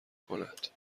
کند